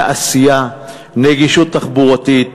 תעשייה, נגישות תחבורתית,